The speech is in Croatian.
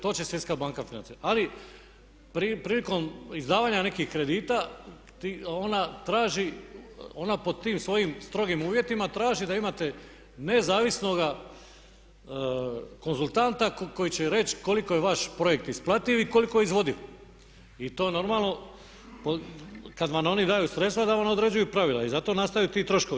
To će Svjetska banka financirat ali prilikom izdavanja nekih kredita ona traži, ona pod tim svojim strogim uvjetima traži da imate nezavisnoga konzultanta koji će reći koliko je vaš projekt isplativ i koliko izvodi i to normalno kad vam oni daju sredstva da vam određuju pravila i zato nastaju ti troškovi.